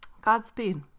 Godspeed